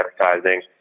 advertising